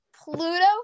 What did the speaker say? Pluto